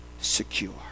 secure